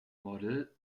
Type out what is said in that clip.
model